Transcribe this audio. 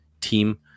team